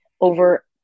over